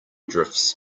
drifts